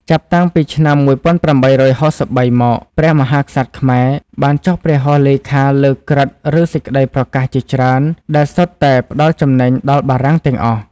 ចាប់តាំងពីឆ្នាំ ១៨៦៣ មក ព្រះមហាក្សត្រខ្មែរ បានចុះព្រះហស្ថលេខាលើក្រឹត្យ ឬ សេចក្ដីប្រកាសជាច្រើន ដែលសុទ្ធតែផ្ដល់ចំណេញដល់បារាំងទាំងអស់។